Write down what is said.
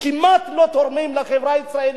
שכמעט לא תורמים לחברה הישראלית,